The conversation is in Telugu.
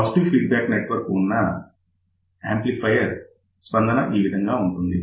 పాజిటివ్ ఫీడ్ బ్యాక్ నెట్వర్క్ ఉన్న యాంప్లిఫయర్ స్పందన ఈ విధంగా ఉంటుంది